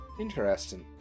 Interesting